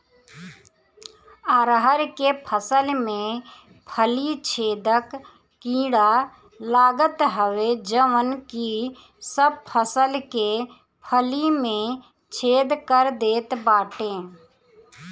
अरहर के फसल में फली छेदक कीड़ा लागत हवे जवन की सब फसल के फली में छेद कर देत बाटे